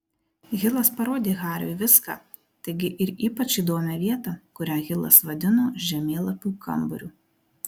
hilas parodė hariui viską taigi ir ypač įdomią vietą kurią hilas vadino žemėlapių kambariu